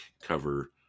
cover